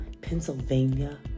Pennsylvania